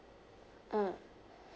mm